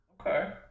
Okay